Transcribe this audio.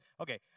Okay